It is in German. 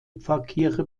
pfarrkirche